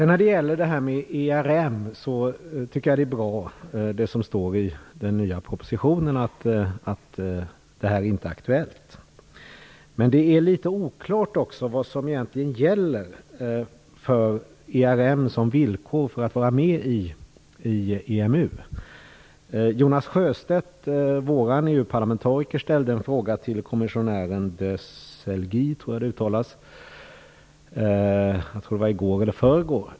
När det gäller ERM tycker jag att det som står i den nya propositionen är bra, att en koppling inte är aktuell. Men det är litet oklart vilka villkor som egentligen gäller för ERM om vi skall vara med i EMU. Jonas Sjöstedt, vår EU-parlamentariker, ställde en fråga till kommissionären de Silguy i går eller förrgår.